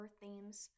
themes